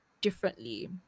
differently